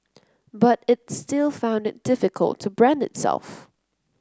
but it still found it difficult to brand itself